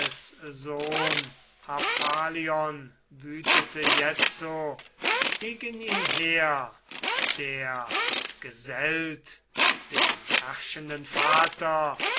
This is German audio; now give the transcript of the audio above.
sohn harpalion wütete jetzo gegen ihn her der gesellt dem herrschenden vater